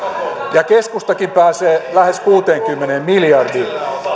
ja keskustakin pääsee lähes kuuteenkymmeneen miljardiin